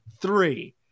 Three